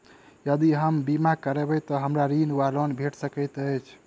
यदि हम बीमा करबै तऽ हमरा ऋण वा लोन भेट सकैत अछि?